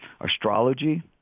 astrology